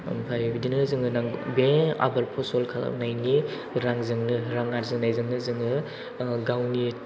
ओमफ्राय बिदिनो जों बे आबाद फसल खालामनायनि रांजोंनो रां आर्जिनायजोंनो गावनि